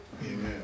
Amen